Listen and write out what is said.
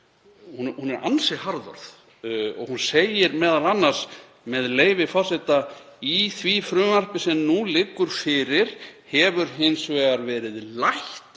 Hún er ansi harðorð. Hún segir m.a., með leyfi forseta: „Í því frumvarpi sem nú liggur fyrir hefur hins vegar verið lætt